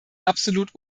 absolut